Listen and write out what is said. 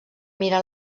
mira